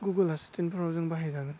Google एसिसटेन्टफोराव जों बाहायजागोन